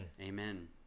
Amen